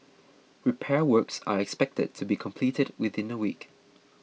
repair works are expected to be completed within a week